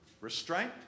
Restraint